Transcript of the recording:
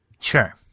Sure